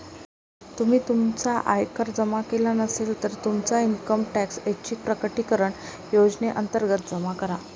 तुम्ही तुमचा आयकर जमा केला नसेल, तर तुमचा इन्कम टॅक्स ऐच्छिक प्रकटीकरण योजनेअंतर्गत जमा करा